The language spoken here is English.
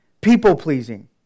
people-pleasing